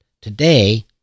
today